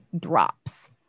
drops